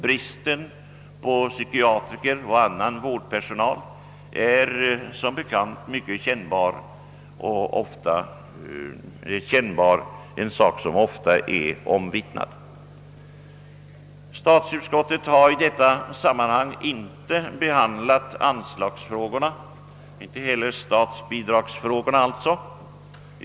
Bristen på psykiatriker och annan vårdpersonal är mycket kännbar, ett förhållande som ofta är omvittnat. Statsutskottet har i detta sammanhang inte behandlat anslagsfrågorna och alltså inte heller statsbidragsfrågorna.